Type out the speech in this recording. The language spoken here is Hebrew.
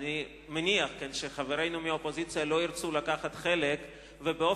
אני מניח שחברינו מהאופוזיציה לא ירצו לקחת חלק ולשנות,